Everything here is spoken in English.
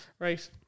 Right